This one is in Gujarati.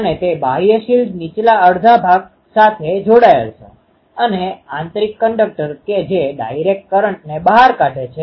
અને તે ફીડ પોઇન્ટ પર મહતમ ન થાય તેવા કિસ્સામાં કેટલાક અચળ સંબંધો એક્સ્ટ્રાપોલેટેડ થઈ શકે છે